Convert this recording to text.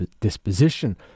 disposition